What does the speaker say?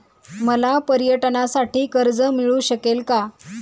मला पर्यटनासाठी कर्ज मिळू शकेल का?